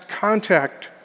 contact